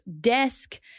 desk